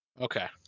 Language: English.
Okay